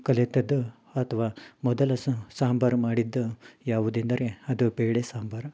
ಕಲಿತದ್ದು ಅಥ್ವಾ ಮೊದಲು ಸಾಂಬರು ಮಾಡಿದ್ದು ಯಾವುದೆಂದರೆ ಅದು ಬೇಳೆ ಸಾಂಬಾರ್